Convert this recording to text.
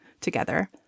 together